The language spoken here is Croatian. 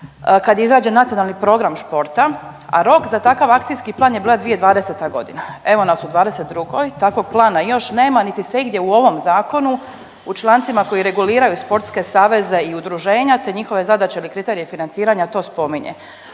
kad je izrađen Nacionalni program sporta, a rok za takav akacijski plan je bila 2020.g. Evo nas u '22. takvog plana još nema niti se igdje u ovom zakonu u člancima koji reguliraju sportske saveze i udruženja te njihove zadaće ili kriterije financiranja to spominje,